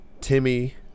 Timmy